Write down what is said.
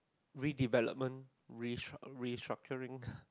redevelopment restruct~ restructuring